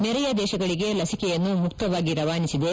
ನೆರೆಯ ದೇಶಗಳಿಗೆ ಲಸಿಕೆಯನ್ನು ಮುಕ್ತವಾಗಿ ರವಾನಿಸಿದೆ